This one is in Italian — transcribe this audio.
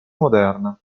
moderna